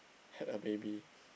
had a baby